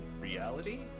reality